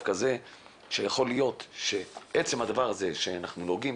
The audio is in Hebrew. כזה שיכול להיות שעצם הדבר הזה שאנחנו נוגעים,